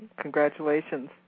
Congratulations